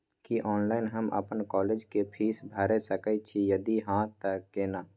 की online हम अपन college के फीस भैर सके छि यदि हाँ त केना?